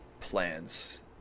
plans